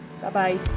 Bye-bye